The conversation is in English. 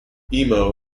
emo